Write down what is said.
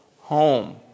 home